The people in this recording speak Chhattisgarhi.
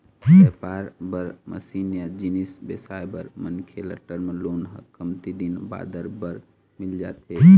बेपार बर मसीन या जिनिस बिसाए बर मनखे ल टर्म लोन ह कमती दिन बादर बर मिल जाथे